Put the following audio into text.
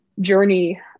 journey